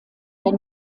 der